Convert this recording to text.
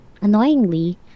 annoyingly